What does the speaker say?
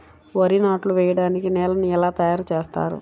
వరి నాట్లు వేయటానికి నేలను ఎలా తయారు చేస్తారు?